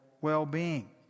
well-being